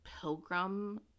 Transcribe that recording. pilgrim